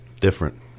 Different